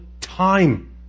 time